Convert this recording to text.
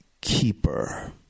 keeper